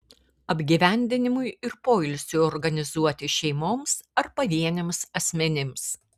apgyvendinimui ir poilsiui organizuoti šeimoms ar pavieniams asmenims